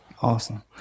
Awesome